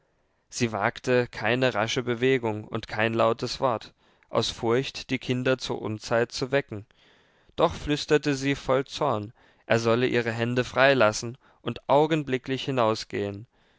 sie wagte keine rasche bewegung und kein lautes wort aus furcht die kinder zur unzeit zu wecken doch flüsterte sie voll zorn er solle ihre hände freilassen und augenblicklich hinausgehen